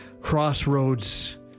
crossroads